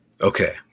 Okay